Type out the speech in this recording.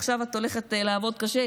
עכשיו את הולכת לעבוד קשה,